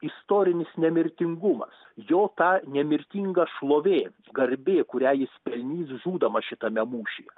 istorinis nemirtingumas jo ta nemirtinga šlovė garbė kurią jis pelnys žūdamas šitame mūšyje